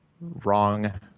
wrong